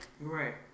Right